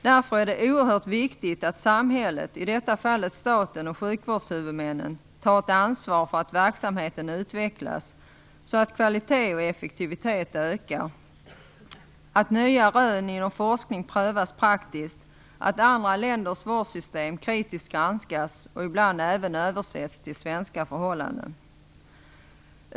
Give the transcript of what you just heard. Därför är det oerhört viktigt att samhället, i detta fall staten och sjukvårdshuvudmännen, tar ett ansvar för att verksamheten utvecklas så att kvalitet och effektivitet ökar, att nya rön inom forskning prövas praktiskt, att andra länders vårdsystem kritiskt granskas och ibland även översätts till svenska förhållanden.